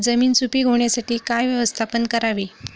जमीन सुपीक होण्यासाठी काय व्यवस्थापन करावे?